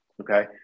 okay